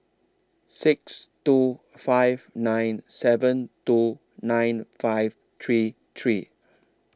six two five nine seven two nine five three three